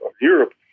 Europe